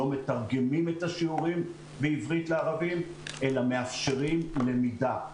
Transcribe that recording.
לא מתרגמים את השיעורים מעברית לערבית אלא מאפשרים למידה.